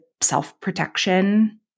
self-protection